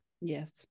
Yes